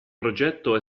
progetto